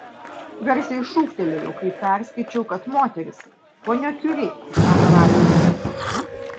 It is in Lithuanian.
garsiai šūktelėjau kai perskaičiau kad moteris ponia kiuri atrado radį